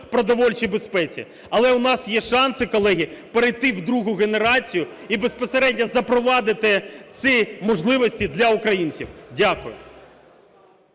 продовольчій безпеці. Але в нас є шанси, колеги, перейти в другу генерацію і безпосередньо запровадити ці можливості для українців. Дякую.